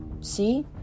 See